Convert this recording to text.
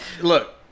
Look